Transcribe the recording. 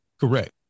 Correct